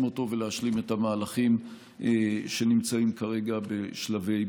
אותו ולהשלים את המהלכים שנמצאים כרגע בשלבי ביצוע.